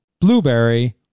blueberry